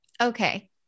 Okay